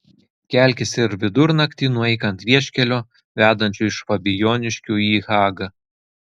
kelkis ir vidurnaktį nueik ant vieškelio vedančio iš fabijoniškių į hagą